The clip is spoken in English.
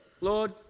Lord